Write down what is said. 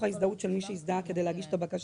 ההזדהות של מי שהזדהה כדי להגיש את הבקשה.